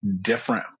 different